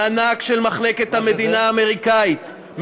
מענק של מחלקת המדינה האמריקנית,